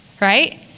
right